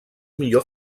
millor